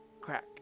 Crack